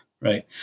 right